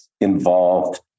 involved